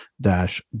dash